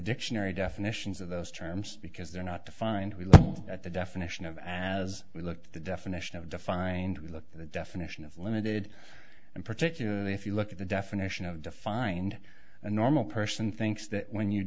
dictionary definitions of those terms because they're not defined we look at the definition of as we look at the definition of defined we looked at the definition of limited and particularly if you look at the definition of defined a normal person thinks that when you